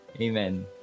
Amen